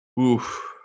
Oof